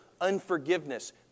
unforgiveness